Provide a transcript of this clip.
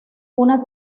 una